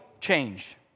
change